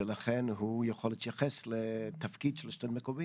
ולכן היא יכול להתייחס לתפקיד של השלטון המקומי